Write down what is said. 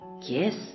Yes